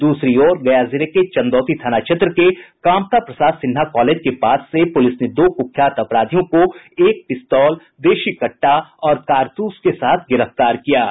दूसरी ओर गया जिले के चंदौती थाना क्षेत्र के कामता प्रसाद सिन्हा कॉलेज के पास से पुलिस ने दो कुख्यात अपराधियों को एक पिस्तौल देशी कट्टा और कारतूस के साथ गिरफ्तार किया है